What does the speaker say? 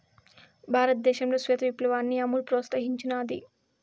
భారతదేశంలో శ్వేత విప్లవాన్ని అమూల్ ప్రోత్సహించినాది